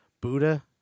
Buddha